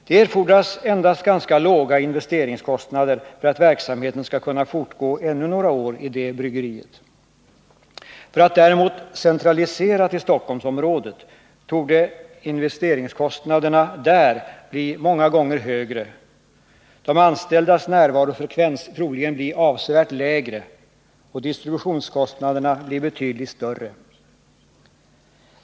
Det erfordras endast ganska låga investeringskostnader för att verksamheten skall kunna fortgå ännu några år i det bryggeriet. För att däremot centralisera till Stockholmsområdet torde investeringskostnaderna där bli många gånger högre, de anställdas närvarofrekvens troligen bli avsevärt lägre och distributionskostnaderna bli betydligt större.